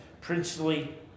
princely